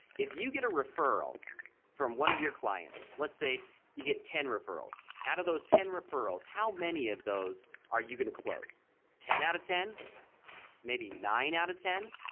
if you get a referral from one of your clients let's say you get ten referrals out of those ten referrals how many of those are you going to close ten out of ten maybe nine out of ten?